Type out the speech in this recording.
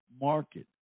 market